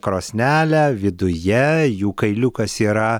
krosnelę viduje jų kailiukas yra